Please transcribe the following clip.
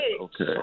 Okay